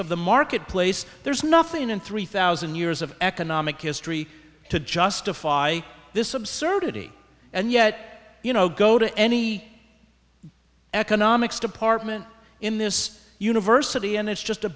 of the marketplace there's nothing in three thousand years of economic history to justify this absurdity and yet you know go to any economics department in this university and it's just a